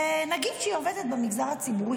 ונגיד שהיא עובדת במגזר הציבורי,